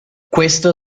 questo